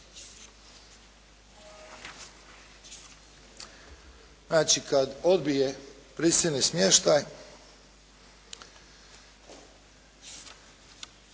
Znači, kad odbije prisilni smještaj